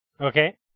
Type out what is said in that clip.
Okay